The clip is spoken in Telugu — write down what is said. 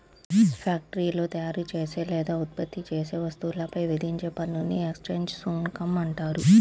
ఫ్యాక్టరీలో తయారుచేసే లేదా ఉత్పత్తి చేసే వస్తువులపై విధించే పన్నుని ఎక్సైజ్ సుంకం అంటారు